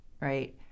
right